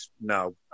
No